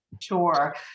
Sure